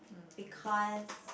because